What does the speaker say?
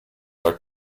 are